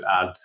add